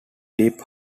deep